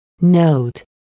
note